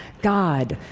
god,